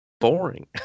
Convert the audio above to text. Boring